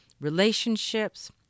relationships